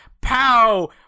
pow